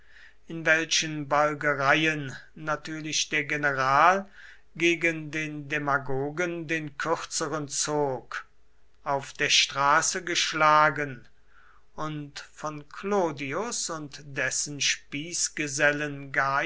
in welchen balgereien natürlich der general gegen den demagogen den kürzeren zog auf der straße geschlagen und von clodius und dessen